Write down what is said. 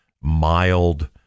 mild